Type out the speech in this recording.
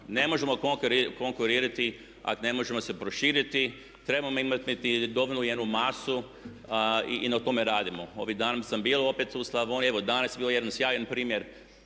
ne možemo konkurirati a ne možemo se proširiti, trebamo imati dovoljnu jednu masu i na tome radimo ovih dana. Bio sam opet u Slavoniji, evo danas je bio jedan sjajan primjer